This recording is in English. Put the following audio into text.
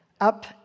up